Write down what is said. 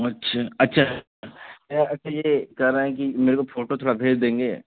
अच्छा अच्छा अच्छा ये कह रहें की मेरे को फोटो थोड़ा भेज देंगे